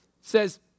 says